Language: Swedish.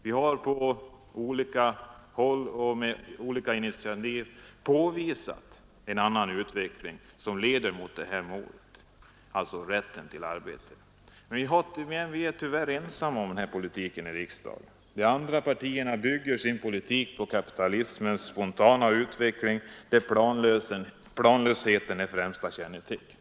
Vi har på olika håll och med olika initiativ visat på en annan utveckling som leder mot målet — rätten till arbete. Men vi är tyvärr ensamma om denna politik i riksdagen. De andra partierna bygger sin politik på kapitalismens Nr 103 spontana utveckling, där planlösheten är det främsta kännetecknet.